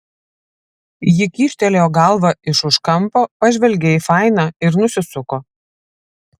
ji kyštelėjo galvą iš už kampo pažvelgė į fainą ir nusisuko